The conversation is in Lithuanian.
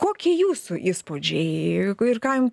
koki jūsų įspūdžiai juk ir kam